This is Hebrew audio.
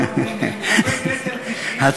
אדוני.